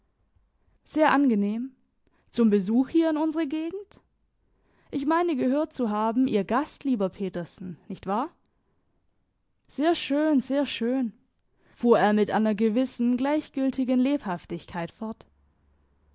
sehr angenehm zum besuch hier in unserer gegend ich meine gehört zu haben ihr gast lieber petersen nicht wahr sehr schön sehr schön fuhr er mit einer gewissen gleichgültigen lebhaftigkeit fort